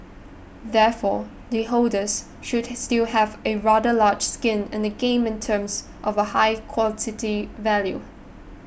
therefore the holders should still have a rather large skin in the game in terms of a high quality value